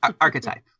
archetype